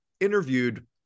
interviewed